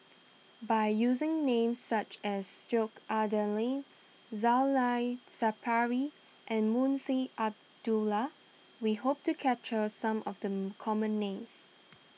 by using names such as Sheik Alau'ddin Zainal Sapari and Munshi Abdullah we hope to capture some of the common names